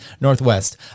northwest